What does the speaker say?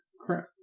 Crap